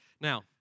Now